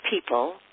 people